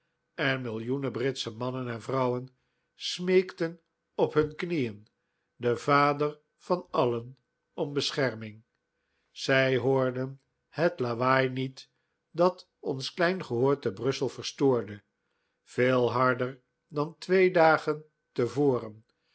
en millioenen britsche mannen en vrouwen smeekten op hun knieen den vader van alien om bescherming zij hoorden het lawaai niet dat ons klein gehoor te brussel verstoorde veel harder dan twee dagen te voren